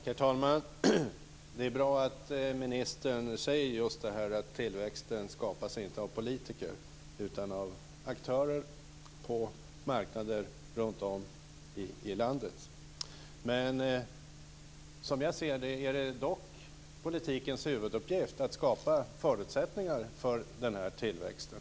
Herr talman! Det är bra att ministern säger att tillväxten inte skapas av politiker utan av aktörer på marknader runtom i landet. Men som jag ser det är det dock politikens huvuduppgift att skapa förutsättningar för tillväxten.